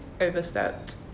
overstepped